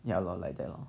ya lor like that lor